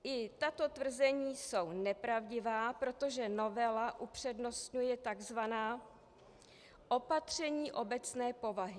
I tato tvrzení jsou nepravdivá, protože novela upřednostňuje takzvaná opatření obecné povahy.